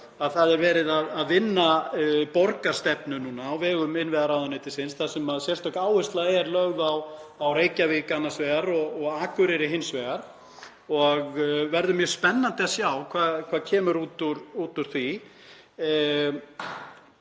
að það er verið að vinna borgarstefnu núna á vegum innviðaráðuneytisins þar sem sérstök áhersla er lögð á Reykjavík annars vegar og á Akureyri hins vegar og verður mjög spennandi að sjá hvað kemur út úr